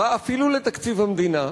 רע אפילו לתקציב המדינה,